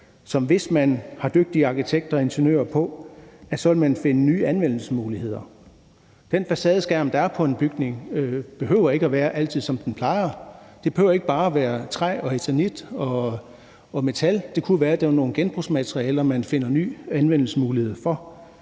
hvis man har dygtige arkitekter og ingeniører på, kunne finde nye anvendelsesmuligheder for. Den facadeskærm, der er på en bygning, behøver ikke altid at være, som den plejer. Det behøver ikke bare at være træ, eternit og metal. Det kunne være, at det var nogle genbrugsmaterialer, man fandt ny anvendelsesmulighed for.